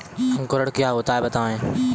अंकुरण क्या होता है बताएँ?